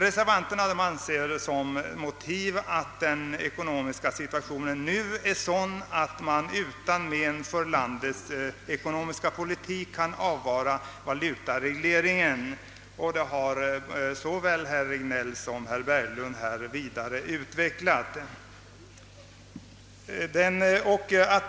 Reservanterna anför som motiv att den ekonomiska situationen nu är sådan att man utan men för landets ekonomiska politik kan avvara valutaregleringen, vilket såväl herr Regnéll som herr Berglund har vidareutvecklat.